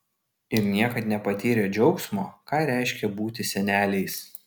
ir niekad nepatyrę džiaugsmo ką reiškia būti seneliais